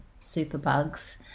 superbugs